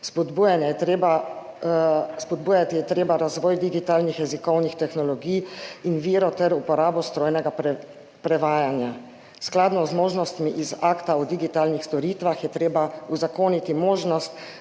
Spodbujati je treba razvoj digitalnih jezikovnih tehnologij in virov ter uporabo strojnega prevajanja. Skladno z možnostmi iz Akta o digitalnih storitvah je treba uzakoniti možnost,